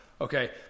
Okay